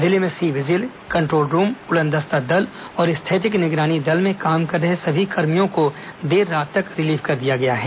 जिले में C vigil control room उड़नदस्ता दल और स्थैतिक निगरानी दल में काम कर रहे सभी कर्मियों को देर रात तक रिलीव कर दिया गया है